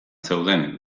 zeuden